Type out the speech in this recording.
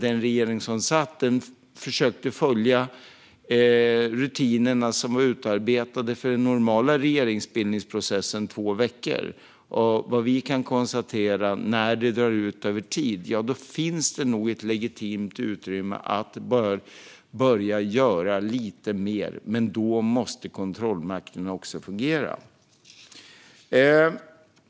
Den regering som satt försökte följa rutinerna, som var avsedda för den normala regeringsbildningsprocessen om två veckor. När den drar ut över tid kan vi konstatera att det nog finns ett legitimt utrymme att börja göra lite mer, men då måste också kontrollmakten fungera.